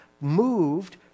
moved